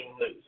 lose